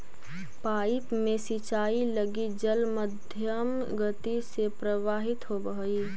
pipe में सिंचाई लगी जल मध्यम गति से प्रवाहित होवऽ हइ